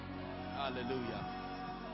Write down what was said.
Hallelujah